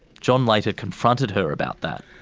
john later confronted her about that.